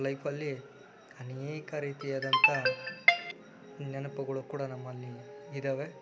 ಲೈಫಲ್ಲಿ ಅನೇಕ ರೀತಿಯಾದಂತಹ ನೆನಪುಗಳು ಕೂಡ ನಮ್ಮಲ್ಲಿ ಇದ್ದಾವೆ